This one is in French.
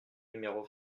numéro